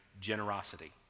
generosity